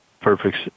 perfect